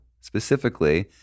specifically